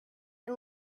and